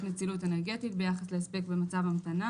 נצילות אנרגטית ביחס להספק במצב המתנה"